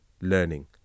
learning